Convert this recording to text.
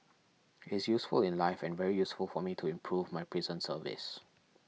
it's useful in life and very useful for me to improve my prison service